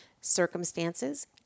circumstances